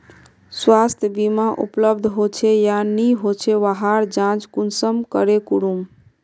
स्वास्थ्य बीमा उपलब्ध होचे या नी होचे वहार जाँच कुंसम करे करूम?